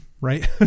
right